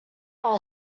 are